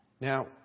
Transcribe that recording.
Now